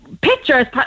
pictures